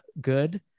good